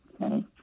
Okay